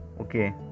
okay